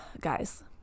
guys